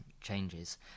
changes